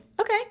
Okay